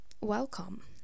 Welcome